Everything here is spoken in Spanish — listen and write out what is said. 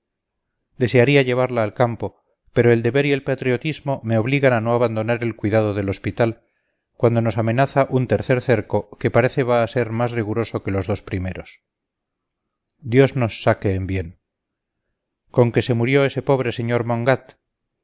desearía llevarla al campo pero el deber y el patriotismo me obligan a no abandonar el cuidado del hospital cuando nos amenaza un tercer cerco que parece va a ser más riguroso que los dos primeros dios nos saque en bien con que se murió ese pobre sr mongat